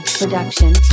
production